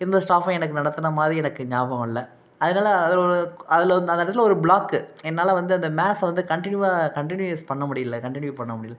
எந்த ஸ்டாஃபும் எனக்கு நடத்தின மாதிரி எனக்கு ஞாபகம் இல்லை அதனால அதில் ஒரு அதில் வந் அந்த இடத்துல ஒரு ப்ளாக்கு என்னால் வந்து அந்த மேக்ஸ வந்து கன்ட்டினியூவாக கன்ட்டினியூஸ் பண்ண முடியல கன்ட்டினியூ பண்ண முடியல